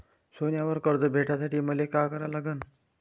सोन्यावर कर्ज भेटासाठी मले का करा लागन?